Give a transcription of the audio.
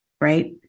Right